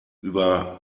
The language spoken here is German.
über